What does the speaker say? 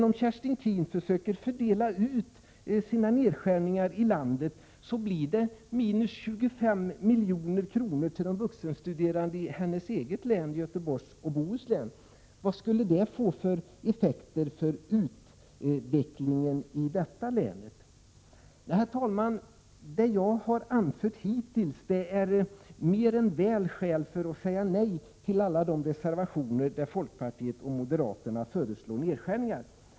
Om Kerstin Keen försöker fördela sina nedskärningar runt om i landet, blir det minus 25 milj.kr. till de vuxenstuderande i hennes eget län, Göteborgs och Bohus län. Vad skulle det få för effekter på utvecklingen i detta län? Herr talman! Det jag har anfört hittills utgör mer än väl skäl för att säga nej till alla de reservationer där folkpartiet och moderata samlingspartiet föreslår nedskärningar.